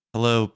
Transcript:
Hello